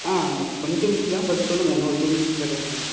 ஆ கொஞ்சம் பிஸி தான் பட் சொல்லுங்க இன்னும் ஒரு டூ மினிட்ஸ்சில் பேசிடற மாதிரி